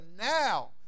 now